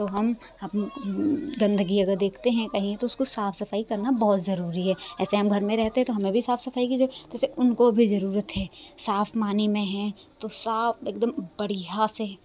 तो हम अपना गंदगी अगर देखते हैं कहीं तो उसको साफ़ सफाई करना बहुत ज़रूरी है ऐसे हम घर में रहते हैं तो हमें भी साफ़ सफाई की ज वैसे उनको भी ज़रूरत है साफ मानी में है तो साफ़ एकदम बढ़िया से